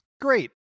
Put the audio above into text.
Great